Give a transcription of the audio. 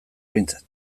behintzat